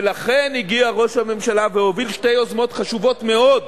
ולכן הגיע ראש הממשלה והוביל שתי יוזמות חשובות מאוד,